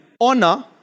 honor